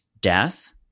death